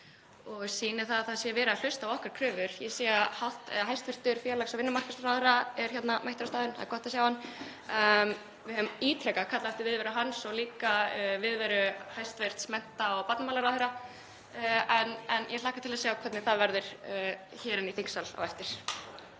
og sýni að verið sé að hlusta á okkar kröfur. Ég sé að hæstv. félags- og vinnumarkaðsráðherra er mættur á staðinn. Það er gott að sjá hann. Við höfum ítrekað kallað eftir viðveru hans og líka viðveru hæstv. mennta- og barnamálaráðherra. Ég hlakka til að sjá hvernig það verður hér inni í þingsal á eftir.